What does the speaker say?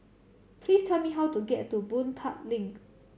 please tell me how to get to Boon Tat Link